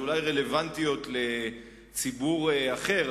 שאולי רלוונטיות לציבור אחר,